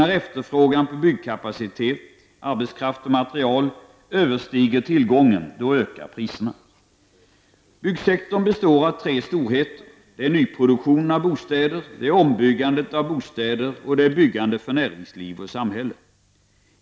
När efterfrågan på byggkapacitet -- arbetskraft och material -- överstiger tillgången, ökar priserna. Byggsektorn består av tre storheter: nyproduktion av bostäder, ombyggnad av bostäder samt byggande för näringsliv och samhälle.